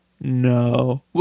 No